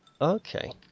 Okay